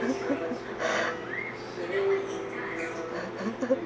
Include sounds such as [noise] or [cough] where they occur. [laughs] [breath] [laughs]